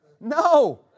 No